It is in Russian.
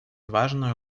важную